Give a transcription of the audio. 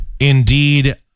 Indeed